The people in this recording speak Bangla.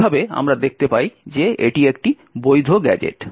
এইভাবে আমরা দেখতে পাই যে এটি একটি বৈধ গ্যাজেট